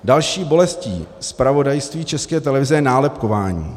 Další bolestí zpravodajství České televize je nálepkování.